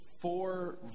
four